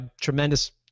tremendous